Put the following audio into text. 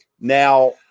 Now